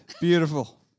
beautiful